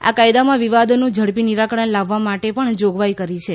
આ કાયદામાં વિવાદનું ઝડપી નિરાકરણ લાવવા માટે પણ જોગવાઇ કરી છે